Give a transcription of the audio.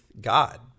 God